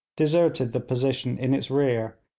deserted the position in its rear,